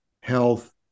health